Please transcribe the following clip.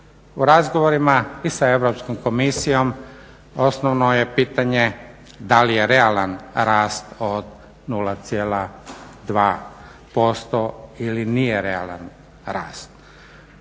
U razgovorima i sa Europskom komisijom osnovno je pitanje da li je realan rast od 0,2% ili nije realan rast.